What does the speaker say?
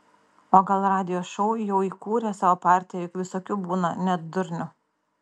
o gal radijo šou jau įkūrė savo partiją juk visokių būna net durnių